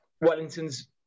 Wellington's